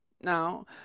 Now